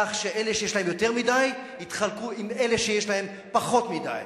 כך שאלה שיש להם יותר מדי יתחלקו עם אלה שיש להם פחות מדי.